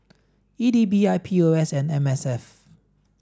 E D B I P O S and M S F